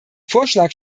vorschlag